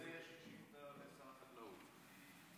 בסדר גמור.